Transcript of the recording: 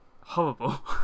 horrible